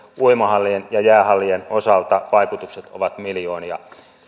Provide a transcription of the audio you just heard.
uimahallien ja jäähallien osalta vaikutukset ovat miljoonia